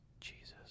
Jesus